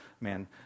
man